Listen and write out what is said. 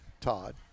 Todd